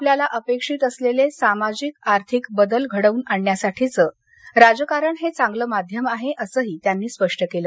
आपल्याला अपेक्षित असलेले सामाजिक आर्थिक बदल घडवून आणण्यासाठीचं राजकारण हे चांगलं माध्यम आहे असंही त्यांनी स्पष्ट केलं